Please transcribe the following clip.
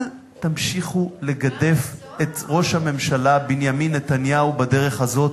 אל תמשיכו לגדף את ראש הממשלה בנימין נתניהו בדרך הזו,